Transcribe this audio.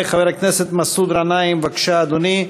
חבר הכנסת מסעוד גנאים, בבקשה, אדוני.